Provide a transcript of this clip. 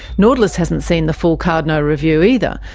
nautilus hasn't seen the full cardno review either,